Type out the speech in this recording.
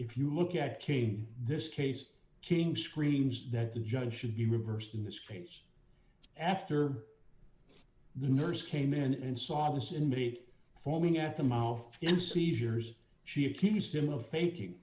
if you look at kane this case king screams that the judge should be reversed in this case after the nurse came in and saw those inmates forming at the mouth in seizures she accused him of faking